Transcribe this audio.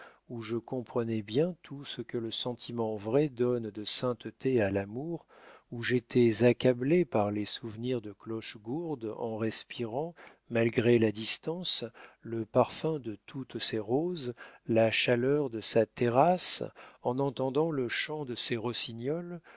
où je comprenais bien tout ce que le sentiment vrai donne de sainteté à l'amour où j'étais accablé par les souvenirs de clochegourde en respirant malgré la distance le parfum de toutes ses roses la chaleur de sa terrasse en entendant le chant de ses rossignols